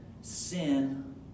sin